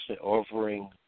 offering